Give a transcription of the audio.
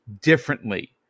differently